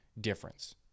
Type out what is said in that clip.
difference